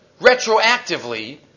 retroactively